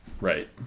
Right